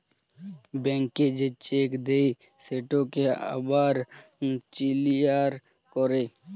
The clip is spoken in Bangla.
ব্যাংকে যে চ্যাক দেই সেটকে আবার কিলিয়ার ক্যরে